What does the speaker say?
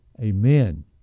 Amen